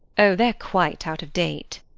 oh, they're quite out of date.